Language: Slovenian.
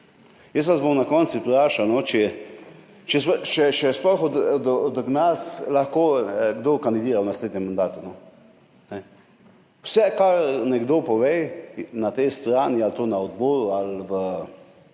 Jaz vas bom na koncu vprašal, če sploh kdo od nas lahko kandidira v naslednjem mandatu. Vse, kar nekdo pove na tej strani na odboru ali